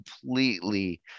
completely